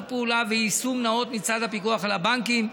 פעולה ויישום נאות מצד הפיקוח על הבנקים,